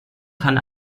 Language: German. kann